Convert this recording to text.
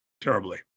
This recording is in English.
terribly